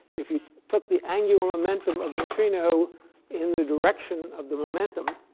if you took the angular momentum of the neutrino in the direction of the momentum,